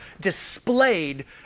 displayed